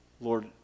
Lord